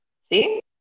see